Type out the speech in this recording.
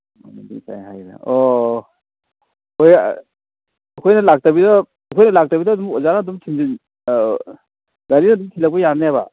ꯑꯣ ꯑꯩꯈꯣꯏꯅ ꯂꯥꯛꯇꯕꯤꯗ ꯑꯩꯈꯣꯏꯅ ꯂꯥꯛꯇꯕꯤꯗ ꯑꯗꯨꯝ ꯑꯣꯖꯥꯅ ꯑꯗꯨꯝ ꯒꯥꯔꯤꯅ ꯑꯗꯨꯝ ꯊꯤꯜꯂꯛꯄ ꯌꯥꯅꯦꯕ